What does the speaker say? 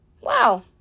wow